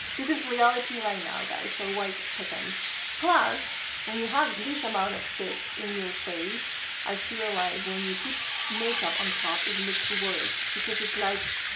this is reality right now guys so why pretend plus when you have this amount of zits in your face i feel like when you put makeup on top it looks worse because is like.